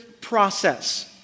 process